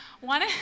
One